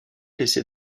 laissées